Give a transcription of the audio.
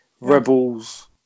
Rebels